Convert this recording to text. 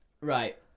Right